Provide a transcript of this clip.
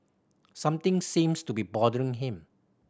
something seems to be bothering him